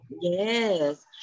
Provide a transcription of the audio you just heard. Yes